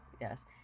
yes